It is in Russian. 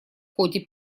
ходе